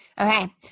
Okay